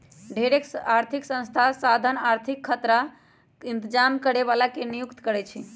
ढेरेक आर्थिक संस्था साधन आर्थिक खतरा इतजाम करे बला के नियुक्ति करै छै